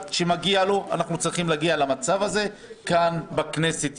ואני בתפיסה שאנחנו כחברי כנסת לא צריכים לשחק בנושא הזה כנושא פוליטי.